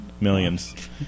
millions